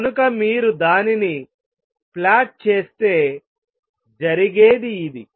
కనుక మీరు దానిని ప్లాట్ చేస్తే జరిగేది ఇది